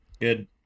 good